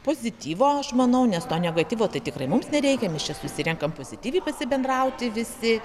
pozityvo aš manau nes to negatyvo tai tikrai mums nereikia nes čia susirenkam pozityviai pasibendrauti visi